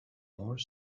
more